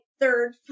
third